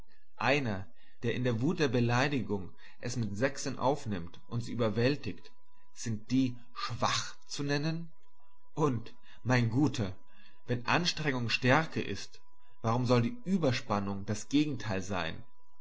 einer der in der wut der beleidigung es mit sechsen aufnimmt und sie überwältig sind die schwach zu nennen und mein guter wenn anstrengung stärke ist warum soll die überspannung das gegenteil sein